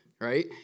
right